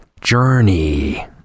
Journey